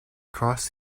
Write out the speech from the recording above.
crossed